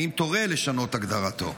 האם תורה לשנות הגדרתו?